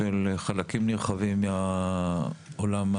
של חלקים נרחבים מהעולם,